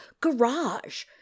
Garage